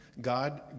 God